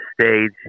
stage